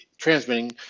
transmitting